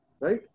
Right